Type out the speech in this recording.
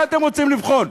מה אתם רוצים לבחון?